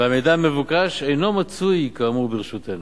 והמידע המבוקש אינו מצוי כאמור ברשותנו.